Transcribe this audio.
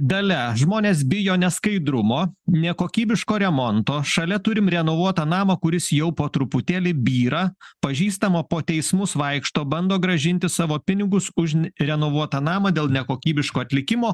dalia žmonės bijo neskaidrumo nekokybiško remonto šalia turim renovuotą namą kuris jau po truputėlį byra pažįstama po teismus vaikšto bando grąžinti savo pinigus už renovuotą namą dėl nekokybiško atlikimo